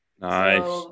Nice